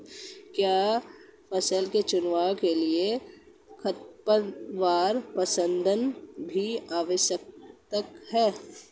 क्या फसल के चुनाव के लिए खरपतवार प्रबंधन भी आवश्यक है?